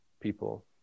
people